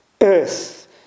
Earth